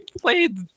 played